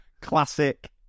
Classic